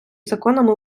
законами